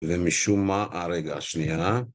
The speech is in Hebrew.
ומשום מה אה, רגע, שנייה